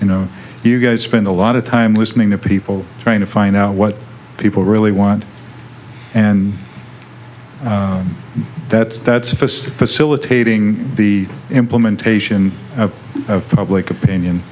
you know you guys spend a lot of time listening to people trying to find out what people really want and that's that's a first facilitating the implementation of public opinion